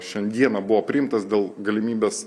šiandieną buvo priimtas dėl galimybės